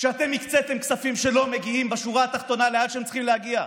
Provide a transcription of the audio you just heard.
שאתם הקציתם כספים שלא מגיעים בשורה התחתונה לאן שהם צריכים להגיע.